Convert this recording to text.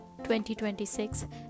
2026